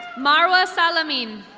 marwa saloween.